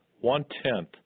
one-tenth